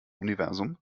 universum